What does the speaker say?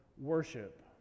worship